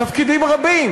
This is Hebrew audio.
תפקידים רבים.